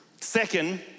Second